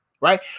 right